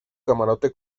camarote